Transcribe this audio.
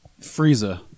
Frieza